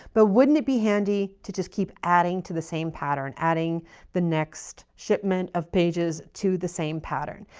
but wouldn't it be handy to just keep adding to the same pattern, adding the next shipment of pages to the same pattern.